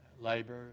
labor